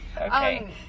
Okay